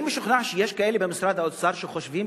אני משוכנע שיש כאלה במשרד האוצר שחושבים